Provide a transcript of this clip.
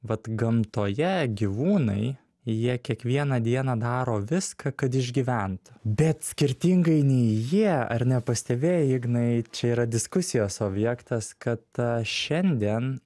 vat gamtoje gyvūnai jie kiekvieną dieną daro viską kad išgyvent bet skirtingai nei jie ar nepastebėjai ignai čia yra diskusijos objektas kad šiandien